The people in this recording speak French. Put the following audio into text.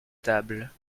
table